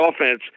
offense